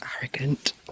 arrogant